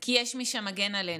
כי יש מי שמגן עלינו.